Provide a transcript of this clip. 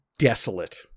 desolate